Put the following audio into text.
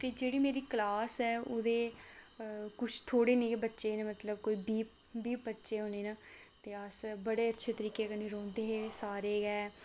ते जेह्ड़ी मेरी क्लास ऐ ओह्दे किश थोह्ड़े नेह् दे बच्चे न मतलब कोई बीह् बीह् पं'जी होने न ते अस बड़े अच्छे तरीके कन्नै रौंह्दे हे सारे गै